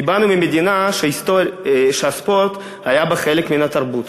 כי באנו ממדינה שהספורט היה בה חלק מן התרבות.